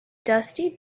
dusty